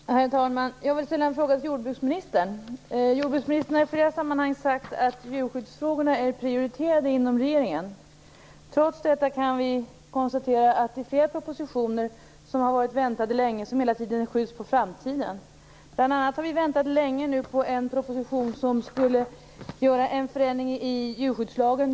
Herr talman! Jag vill ställa en fråga till jordbruksministern. Jordbruksministern har i flera sammanhang sagt att djurskyddsfrågorna är prioriterade inom regeringen. Trots detta kan vi konstatera att flera propositioner som varit väntade länge hela tiden skjuts på framtiden. Bl.a. har vi nu väntat länge på en proposition som skulle föreslå en förändring i djurskyddslagen.